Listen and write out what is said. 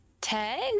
tag